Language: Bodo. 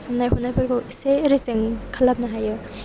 साननाय हनायफोरखौ एसे रेजें खालामनो हायो